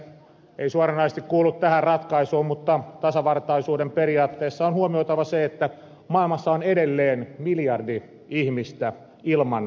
ei suoranaisesti kuulu tähän ratkaisuun mutta tasavertaisuuden periaatteen mukaisesti on huomioitava se että maailmassa on edelleen miljardi ihmistä ilman sähköä